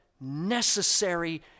necessary